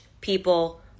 people